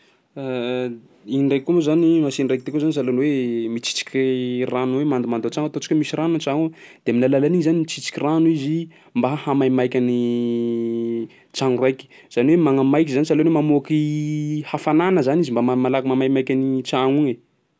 Igny ndraiky koa moa zany machine raiky ty koa zany sahalan'ny hoe mitsitsiky rano hoe mandomando an-tragno, ataontsika hoe misy rano an-tragno ao de amin'ny alalan'igny zany mitsitsiky rano izy mba hahamaimaiky ny tragno raiky. Zany hoe magnamaiky sahalan'ny hoe mamoaky hafanana zany izy mba maha malaky maikimaiky an'igny tragno igny e.